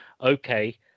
Okay